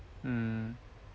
mm